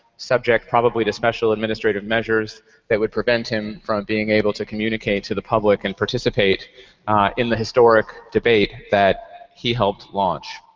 subject probably to special administrative measures that would prevent him from being able to communicate to the public and participate in the historic debate that he helped launch.